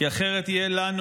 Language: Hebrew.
כי אחרת יהיה לנו,